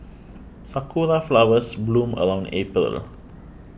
sakura flowers bloom around April